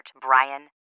Brian